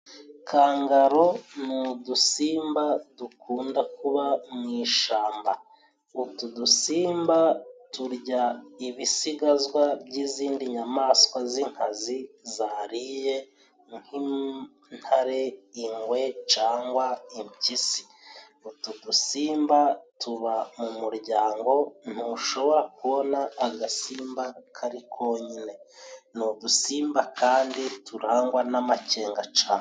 kangaro ni udusimba dukunda kuba mu ishamba. Utu dusimba, turya ibisigazwa by'izindi nyamaswa z'inkazi zariye nk'intare, ingwe cangwa impyisi. Utu dusimba tuba mu muryango, ntushobora kubona agasimba kari konyine. Ni udusimba kandi turangwa n'amakenga cane